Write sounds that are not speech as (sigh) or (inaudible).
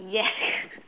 yes (breath)